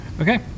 Okay